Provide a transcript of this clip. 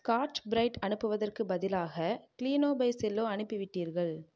Scotch Brite அனுப்புவதற்குப் பதிலாக Cleano by Cello அனுப்பிவிட்டார்கள்